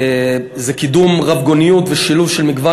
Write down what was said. קידום רבגוניות ושילוב של מגוון